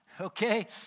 Okay